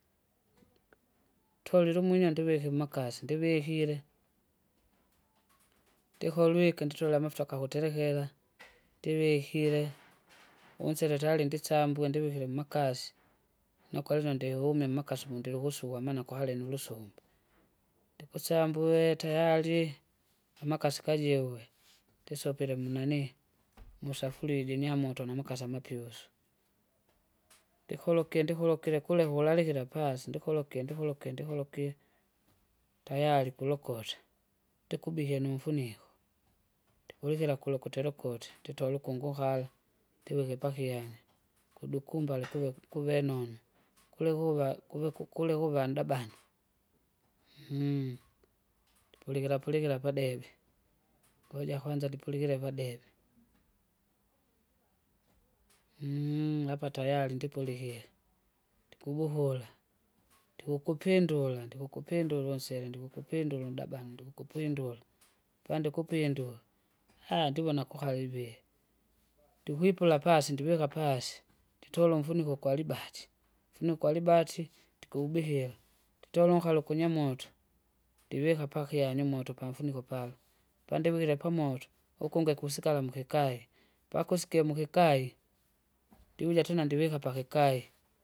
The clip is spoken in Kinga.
Tulile umwinyo ndivike mmakasi ndivikile, ndikolwike nditole amafuta kahuterekera, ndivikire, unsele tayari ndisambue ndivikire mmakasi, nokwanza ndihume mmakasi mundilikusuka maana kwale nulusumbu. Ndikusambue tayari, amakasi kiajiwe, ndisopile munanii, musafuria ijinymoto namukasa amapyusu. Ndikolokie ndikolokile kula vulalikila pasi ndikolokie ndikolokie ndikolokie, tayari kulukosa, ndikubike numfuniko, ndikulikila kula kuterekute, nditole ukunguhara, ndivike pakyanya, kudukumbala kuve- kuvenunu, kule kuva kuvek- kuvandabana, pulikira pulikira padebe, ngoja kwanza ndipulikire padebe. apa tayari ndipukire, ndipubuhura, ndikukupindula ndikukupindula unsele ndikukupindula undabana ndikukupwindula, pandikupindula aaha! ndiwe nakukaribia. Ndikwipula pasi ndivika pasi, nditole umfuniko ukwalibati, mfuniko kwalibati, ndikubihile, nditonoukale ukunya moto ndivika pakyanya umoto pamfuniko pala, pandivikile pamoto, ukungwe kusikala mukikae, pakusike mukikai, ndivuja tena ndivika pakikai.